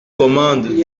commande